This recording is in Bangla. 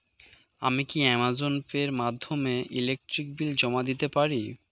আমি কি অ্যামাজন পে এর মাধ্যমে ইলেকট্রিক বিল জমা দিতে পারি?